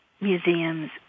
museums